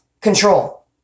control